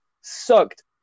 sucked